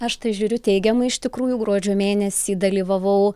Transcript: aš tai žiūriu teigiamai iš tikrųjų gruodžio mėnesį dalyvavau